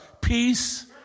peace